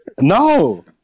No